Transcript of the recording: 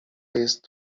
jest